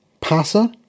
passer